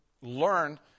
learn